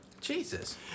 Jesus